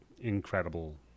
incredible